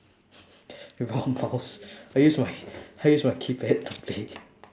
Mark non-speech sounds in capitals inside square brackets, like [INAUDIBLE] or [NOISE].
[LAUGHS] [BREATH] without a mouse [BREATH] I use my I use my keypad to play [LAUGHS]